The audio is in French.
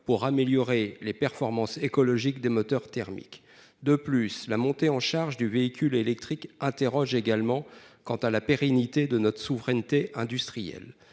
pour améliorer les performances écologiques des moteurs thermiques. De plus, la montée en charge du véhicule électrique interroge également quant à la pérennité de notre souveraineté industrielle.